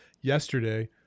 yesterday